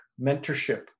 mentorship